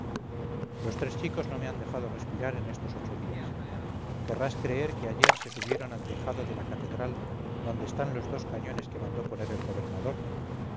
los tres chicos no me han dejado respirar en estos ocho días querrás creer que ayer se subieron al tejado de la catedral donde están los dos cañones que mandó poner el gobernador